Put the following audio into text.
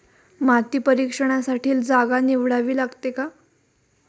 माती परीक्षणासाठी जागा निवडावी लागते का?